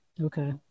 Okay